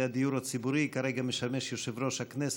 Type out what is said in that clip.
הדיור הציבורי כרגע משמש יושב-ראש הכנסת,